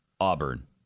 Auburn